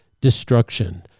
destruction